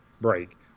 break